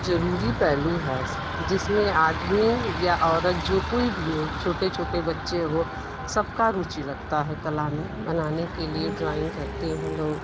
ज़रूरी पहलू है जिसमें आदमी या औरत जो कोई भी हो छोटे छोटे बच्चे हो सब की रुचि लगती है कला में बनाने के लिए ड्राइंग करते हैं लोग